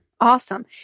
Awesome